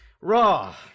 raw